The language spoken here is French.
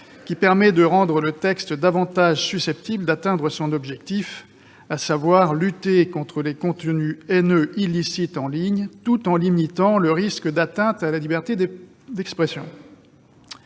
qui permet de rendre le dispositif davantage susceptible d'atteindre son objectif, à savoir lutter contre les contenus haineux illicites en ligne, tout en limitant le risque d'atteinte à la liberté d'expression.